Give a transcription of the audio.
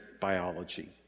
biology